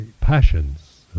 passions